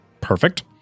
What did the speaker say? Perfect